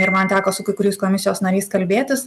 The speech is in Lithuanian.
ir man teko su kai kuriais komisijos nariais kalbėtis